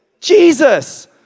Jesus